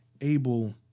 able